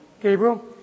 Gabriel